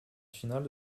finale